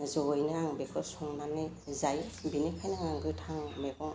जयैनो आं बेखौ संनानै जायो बिनिखायनो आं गोथां मैगं